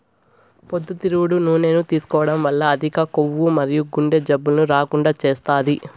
పొద్దుతిరుగుడు నూనెను తీసుకోవడం వల్ల అధిక కొవ్వు మరియు గుండె జబ్బులను రాకుండా చేస్తాది